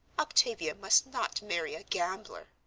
octavia must not marry a gambler!